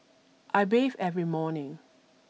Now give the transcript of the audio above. I bathe every morning